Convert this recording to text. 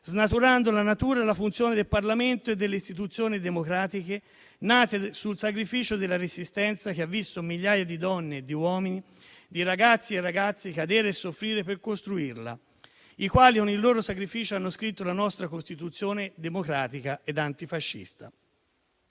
si altera la natura e la funzione del Parlamento e delle istituzioni democratiche nate sul sacrificio della Resistenza, che ha visto migliaia di donne e di uomini, di ragazzi e ragazze, che con il loro sacrificio hanno scritto la nostra Costituzione democratica ed antifascista,